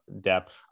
depth